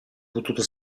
potuto